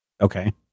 Okay